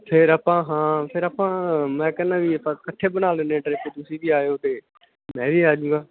ਫਿਰ ਆਪਾਂ ਹਾਂ ਫਿਰ ਆਪਾਂ ਮੈਂ ਕਹਿੰਦਾ ਵੀ ਆਪਾਂ ਇਕੱਠੇ ਬਣਾ ਲੈਂਦੇ ਹਾਂ ਟਰਿਪ ਤੁਸੀਂ ਵੀ ਆਇਓ ਅਤੇ ਮੈਂ ਵੀ ਆ ਜੂੰਗਾ